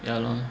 ya lor